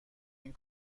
این